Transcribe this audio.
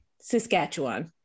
saskatchewan